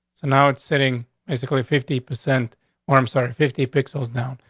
now it's sitting basically fifty percent or i'm sorry, fifty pixels down.